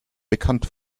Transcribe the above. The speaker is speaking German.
bekannt